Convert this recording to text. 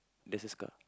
there's a scar